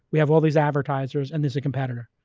we have all these advertisers and there's a competitor.